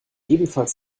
ebenfalls